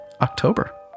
October